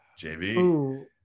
JV